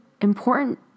important